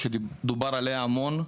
ודובר על כך המון.